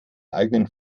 eigenen